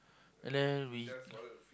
and then we